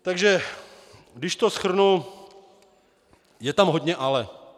Takže když to shrnu, je tam hodně ale.